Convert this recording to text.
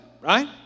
right